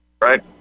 right